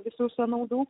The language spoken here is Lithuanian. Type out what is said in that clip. visų sąnaudų